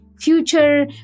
future